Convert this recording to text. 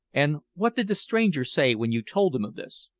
and what did the stranger say when you told him of this?